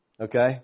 Okay